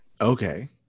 Okay